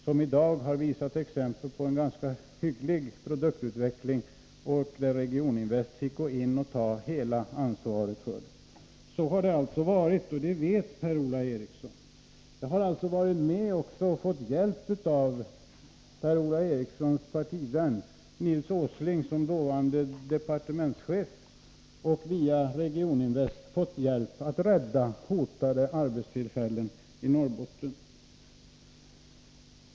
Det företaget har i dag visat exempel på en ganska hygglig produktutveckling, och Regioninvest fick gå in och ta hela ansvaret. Så har det alltså varit, och det vet Per-Ola Eriksson. Jag har också varit med och av Per-Ola Erikssons partivän Nils Åsling, som dåvarande departementschef, via Regioninvest fått hjälp att rädda hotade arbetstillfällen i Norrbotten.